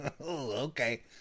Okay